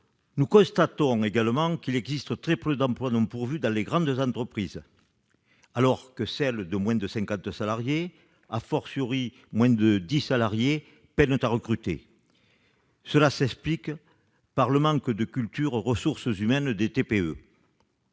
Nous constatons également qu'il existe très peu d'emplois non pourvus dans les grandes entreprises, alors que les entreprises de moins de 50 salariés, et de moins de 10 salariés, peinent à recruter. Cela s'explique par le manque de culture « ressources humaines » des TPE.